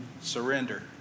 surrender